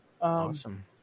Awesome